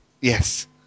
Yes